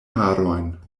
harojn